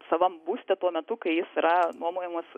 savam būste tuo metu kai jis yra nuomojamas